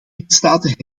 lidstaten